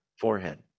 forehead